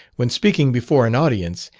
when speaking before an audience,